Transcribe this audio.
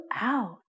out